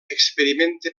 experimenta